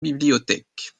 bibliothèques